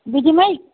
بہٕ دِمَے